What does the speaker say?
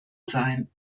sein